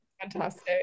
Fantastic